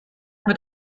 mit